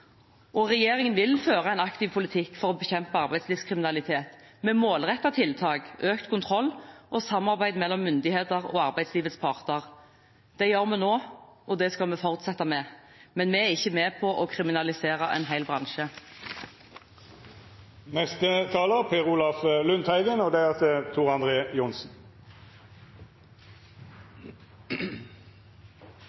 og regjeringen vil føre en aktiv politikk for å bekjempe arbeidslivskriminalitet med målrettede tiltak, økt kontroll og samarbeid mellom myndigheter og arbeidslivets parter. Det gjør vi nå, og det skal vi fortsette med. Men vi er ikke med på å kriminalisere en hel bransje.